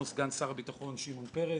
על ידי סגן שר הביטחון שמעון פרס,